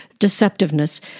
deceptiveness